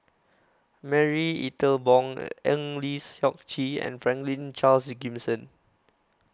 Marie Ethel Bong Eng Lee Seok Chee and Franklin Charles Gimson